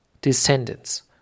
descendants